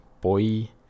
Boy